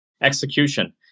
Execution